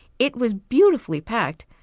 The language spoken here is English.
it was beautifully packed,